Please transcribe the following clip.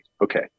okay